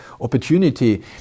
opportunity